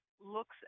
looks